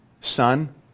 son